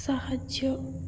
ସାହାଯ୍ୟ